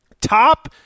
Top